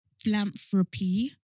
philanthropy